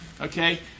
Okay